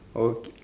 okay